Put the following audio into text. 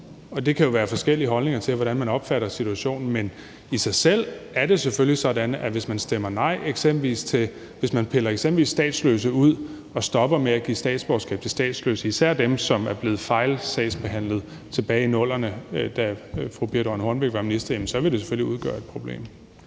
Det kan jo være på grund af forskellige holdninger til, hvordan man opfatter situationen, men i sig selv er det selvfølgelig sådan, at hvis man eksempelvis piller statsløse ud og stopper med at give statsborgerskab til statsløse, især dem, som er blevet fejlsagsbehandlet tilbage i 00'erne, da fru Birthe Rønn Hornbech var minister, så vil det selvfølgelig udgøre et problem.